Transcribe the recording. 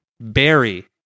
Barry